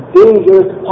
dangerous